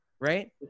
Right